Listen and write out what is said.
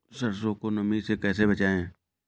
सरसो को नमी से कैसे बचाएं?